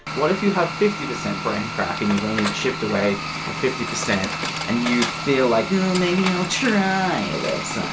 what if you have fifty percent braincrack and you've only chipped away at fifty percent and you feel like, oh maybe i'll try a website.